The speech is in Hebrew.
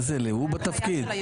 הוא בתפקיד.